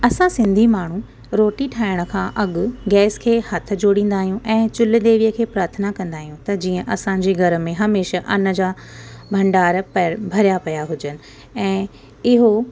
असां सिंधी माण्हू रोटी ठाहिण खां अॻु गैस खे हथ जोड़ींदा आहियूं ऐं चुल्ह देवीअ खे प्रार्थना कंदा आहियूं त जीअं असांजे घर में हमेशा अन जा भंडार भरिया पिया हुजनि ऐं इहो